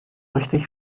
richtig